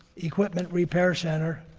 equipment repair center,